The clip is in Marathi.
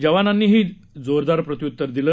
जवानांनीही जोरदार प्रत्युत्तर दिले